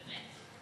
באמת?